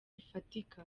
bifatika